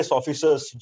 officers